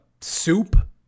soup